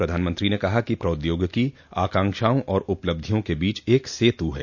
प्रधानमंत्री ने कहा कि प्रौद्योगिकी आकांक्षाओं और उपलब्धियों के बीच एक सेतु है